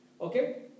Okay